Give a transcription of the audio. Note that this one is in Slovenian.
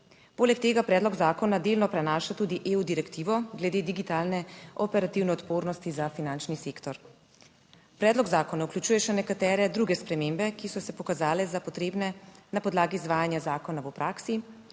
Poleg tega predlog zakona delno prenaša tudi EU direktivo glede digitalne operativne odpornosti za finančni sektor. Predlog zakona vključuje še nekatere druge spremembe, ki so se pokazale za potrebne na podlagi izvajanja zakona v praksi,